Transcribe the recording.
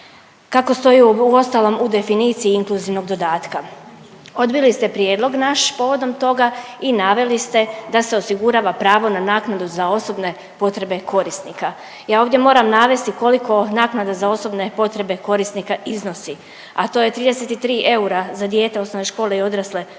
kako stoji uostalom u definiciji inkluzivnog dodatka. Odbili ste prijedlog naš povodom toga i naveli ste da se osigurava pravo na naknadu za osobne potrebe korisnika. Ja ovdje moram navesti koliko naknada za osobne potrebe korisnika iznosi, a to je 33 eura za dijete osnovne škole i odraslu osobu